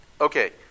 Okay